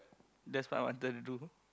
that's what I wanted to do